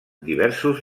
diversos